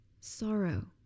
sorrow